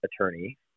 attorney